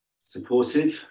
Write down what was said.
supported